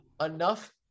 enough